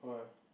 oh ya